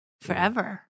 forever